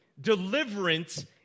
Deliverance